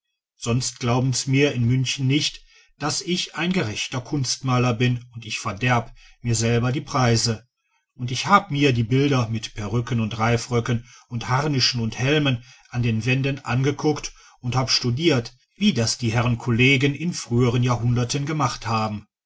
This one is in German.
sonst glauben's mir in münchen nicht daß ich ein gerechter kunstmaler bin und ich verderb mir selber die preise und ich hab mir die bilder mit perücken und reifröcken und harnischen und helmen an den wänden angeguckt und hab studiert wie das die herren kollegen in früheren jahrhunderten gemacht haben